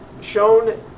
shown